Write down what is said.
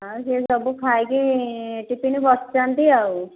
ହଁ ସେସବୁ ଖାଇକି ଟିପିନ ବସିଛନ୍ତି ଆଉ